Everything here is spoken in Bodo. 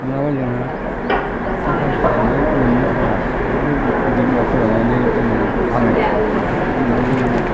नङाबा जोंहा थाखा फैसानो मोननो थाङा बेफोरखौ गिदिर गोलाव फोलावनानै जोङो फानो फाननायाव जोङो